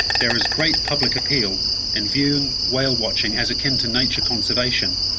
there is great public appeal in viewing whale watching as akin to nature conservation.